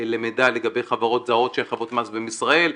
למידע לגבי חברות זרות שחייבות מס לישראל,